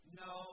no